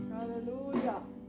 Hallelujah